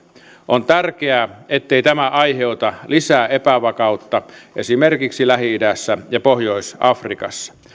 on tärkeää ettei tämä aiheuta lisää epävakautta esimerkiksi lähi idässä ja pohjois afrikassa